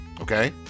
Okay